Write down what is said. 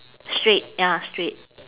straight ya straight